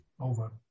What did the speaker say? over